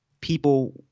people –